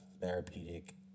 therapeutic